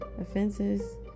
offenses